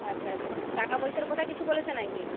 আচ্ছা আচ্ছা টাকা পয়সার কথা কিছু বলেছে না কি